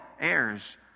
heirs